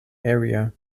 area